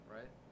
Right